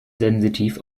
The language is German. sensitiv